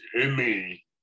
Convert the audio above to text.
Emmy